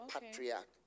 patriarch